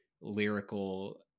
lyrical